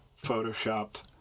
photoshopped